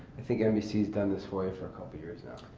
i think nbc has done this for you for a couple years now.